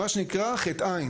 מה שנקרא ח.ע,